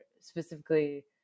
specifically